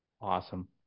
awesome